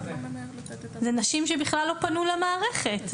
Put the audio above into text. זה נשים שבכלל לא פנו למערכת.